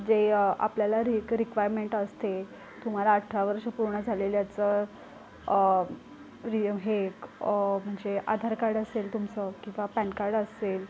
जे आपल्याला ऱ्ही रिक्वायरमेंट असते तुम्हाला अठरा वर्ष पूर्ण झालेल्याचं री हे एक म्हणजे आधार कार्ड असेल तुमचं किंवा पॅन कार्ड असेल